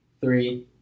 Three